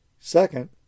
Second